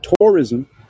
tourism